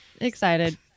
excited